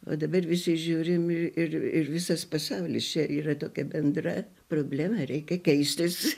o dabar visi žiūrim ir ir visas pasaulis čia yra tokia bendra problema reikia keistis